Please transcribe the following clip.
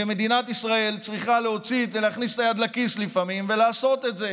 ומדינת ישראל צריכה להכניס את היד לכיס לפעמים ולעשות את זה